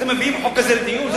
אתם מביאים חוק כזה לדיון?